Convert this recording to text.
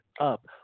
up